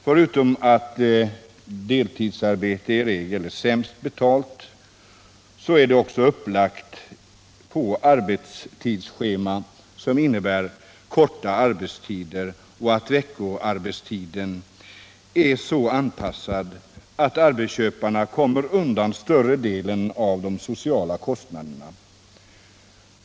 Förutom att deltidsarbetet i regel är sämst betalt är det också upplagt på arbetstidscheman som innebär korta arbetstider, och veckoarbetstiden är så anpassad att arbetsköparna kommer undan större delen av de sociala kostnaderna.